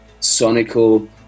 sonical